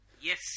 Yes